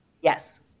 Yes